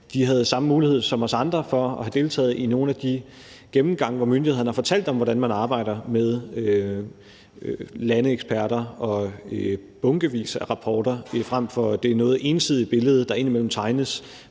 havde samme muligheder som os andre for at have deltaget i nogle af de gennemgange, hvor myndighederne har fortalt om, hvordan man arbejder med landeeksperter og bunkevis af rapporter, frem for at få det noget ensidige billede, der indimellem tegnes,